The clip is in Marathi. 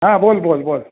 हा बोल बोल बोल